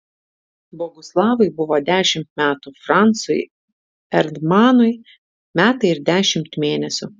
boguslavui buvo dešimt metų francui erdmanui metai ir dešimt mėnesių